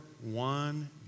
one